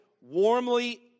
warmly